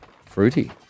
Fruity